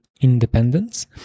independence